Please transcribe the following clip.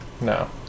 no